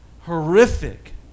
horrific